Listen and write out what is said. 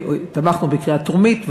תמכנו בקריאה טרומית,